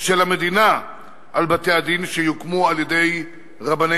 של המדינה על בתי-הדין שיוקמו על-ידי רבני